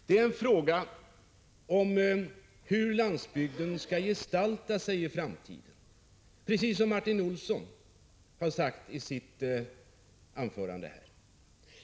Det är en fråga om hur landsbygden skall gestalta sig i framtiden, precis som Martin Olsson har sagt i sitt anförande här.